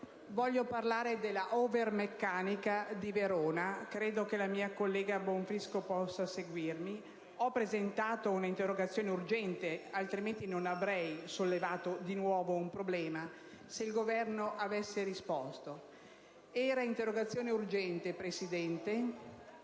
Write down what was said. Voglio parlare della Over Meccanica di Verona, e credo che la collega Bonfrisco possa seguirmi. Io ho presentato una interrogazione urgente, e non avrei sollevato di nuovo il problema se il Governo avesse risposto. Era un'interrogazione urgente, signora